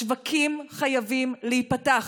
השווקים חייבים להיפתח.